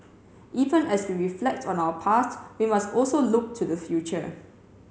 even as we reflect on our past we must also look to the future